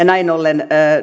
näin ollen